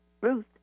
Ruth